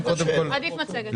לא, לא, עדיף מצגת.